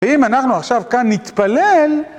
ואם אנחנו עכשיו כאן נתפלל...